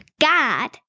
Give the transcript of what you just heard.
God